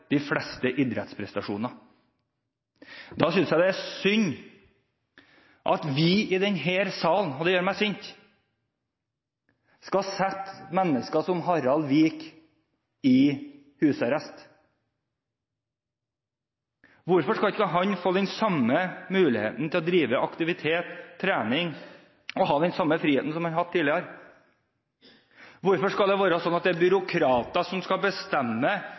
de fleste idrettsprestasjoner. Da synes jeg det er synd at vi i denne salen – og det gjør meg sint – skal sette mennesker som Harald Vik i husarrest. Hvorfor skal ikke han få den samme muligheten til å drive aktivitet og trening og ha den samme friheten som han har hatt tidligere? Hvorfor skal det være sånn at det er byråkrater som skal bestemme